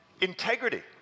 integrity